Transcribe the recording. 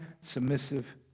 submissive